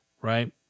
right